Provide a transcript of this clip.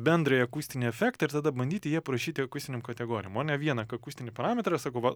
bendrąjį akustinį efektą ir tada bandyti jį aprašyti akustinėm kategorijom o ne vieną k akustinį parametrą sakau va